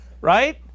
Right